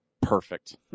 Perfect